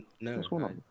No